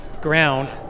ground